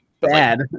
Bad